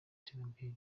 iterambere